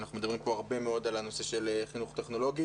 אנחנו מדברים פה הרבה מאוד על הנושא של חינוך טכנולוגי.